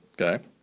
Okay